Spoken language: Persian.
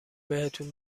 بهتون